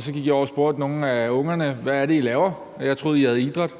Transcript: Så gik jeg over og spurgte nogle af ungerne: Hvad er det, I laver? Jeg troede, I havde idræt.